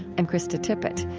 i'm krista tippett.